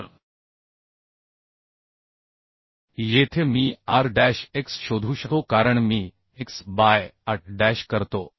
तर येथे मी r डॅश x शोधू शकतो कारण मी x बाय A डॅश करतो